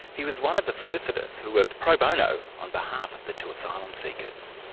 he was one of the solicitors who worked pro bono on behalf of the two asylum seekers.